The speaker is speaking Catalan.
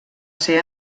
ser